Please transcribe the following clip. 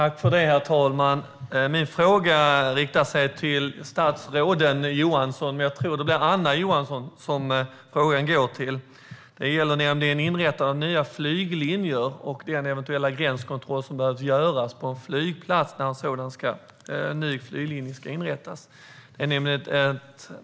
Herr talman! Min fråga riktar sig till båda statsråden Johansson, men jag tror att det blir Anna Johansson som får frågan. Den gäller nämligen inrättande av nya flyglinjer och den eventuella gränskontroll som behöver göras på en flygplats när en ny flyglinje inrättas.